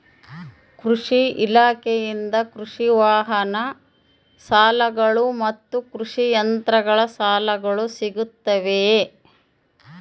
ಕೃಷಿ ಇಲಾಖೆಯಿಂದ ಕೃಷಿ ವಾಹನ ಸಾಲಗಳು ಮತ್ತು ಕೃಷಿ ಯಂತ್ರಗಳ ಸಾಲಗಳು ಸಿಗುತ್ತವೆಯೆ?